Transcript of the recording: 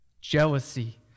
jealousy